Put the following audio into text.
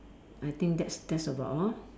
I think that's that's about all